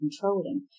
controlling